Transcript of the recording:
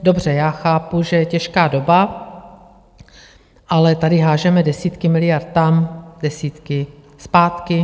Dobře, já chápu, že je těžká doba, ale tady házíme desítky miliard tam, desítky zpátky.